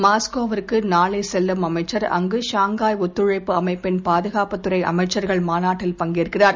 மாஸ்கோவுக்குநாளைசெல்லும்அமைச்சர் அங்குஷாங்காய்ஒத்துழைப்புஅமைப்பின்பாதுகாப்புத்து றைஅமைச்சர்கள்மாநாட்டில்பங்கேற்கிறார்